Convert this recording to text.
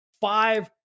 five